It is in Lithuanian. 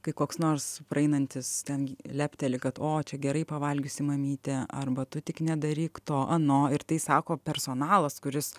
kai koks nors praeinantis ten lepteli kad o čia gerai pavalgiusi mamytė arba tu tik nedaryk to ano ir tai sako personalas kuris